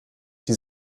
die